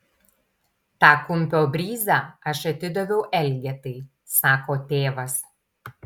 tą kumpio bryzą aš atidaviau elgetai sako tėvas